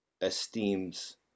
esteems